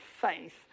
faith